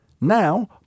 Now